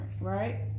right